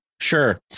sure